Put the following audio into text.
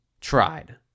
tried